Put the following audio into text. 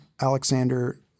Alexander